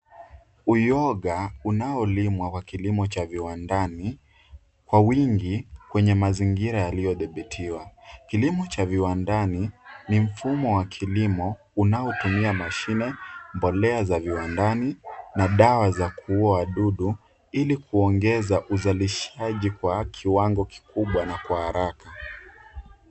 Uyoga unaolimwa kwa kilimo cha viwandani kwa wingi kwenye mazingira yaliyodhibitiwa. Kilimo cha viwandani ni mfumo wa kilimo unaotumia mashine, mbolea za viwandani na dawa za kuua wadudu ili kuongeza uzalishaji kwa kiwango kikubwa na kwa haraka.